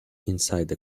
inside